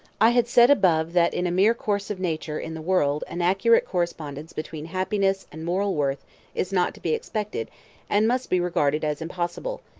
i had said above that in a mere course of nature in the world an accurate correspondence between happiness and moral worth is not to be expected and must be regarded as impossible,